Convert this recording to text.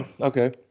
Okay